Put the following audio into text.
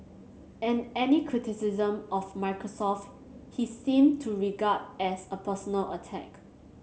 and any criticism of Microsoft he seemed to regard as a personal attack